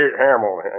Hamill